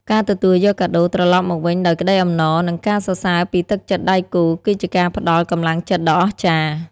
ការទទួលយកកាដូត្រឡប់មកវិញដោយក្ដីអំណរ និងការសរសើរពីទឹកចិត្តដៃគូ គឺជាការផ្ដល់កម្លាំងចិត្តដ៏អស្ចារ្យ។